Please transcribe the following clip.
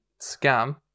scam